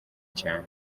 cyane